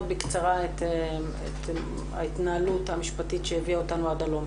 בקצרה את ההתנהלות המשפטית שהביאה אותנו עד הלום.